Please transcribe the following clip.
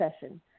session